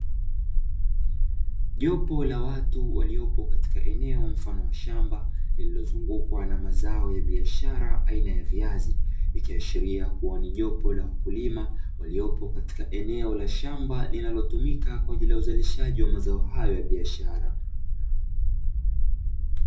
Jopo la watu waliopo katika eneo mfano wa shamba, lililozungukwa na mazao ya biashara aina ya viazi, ikiashiria kuwa ni jopo la wakulima waliopo katika eneo la shamba linalotumika kwa ajili ya uzalishaji wa mazao hayo ya biashara .